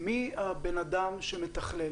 מי הבן אדם שמתכלל?